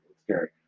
scary